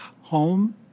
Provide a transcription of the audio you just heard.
home